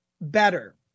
better